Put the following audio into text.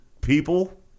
people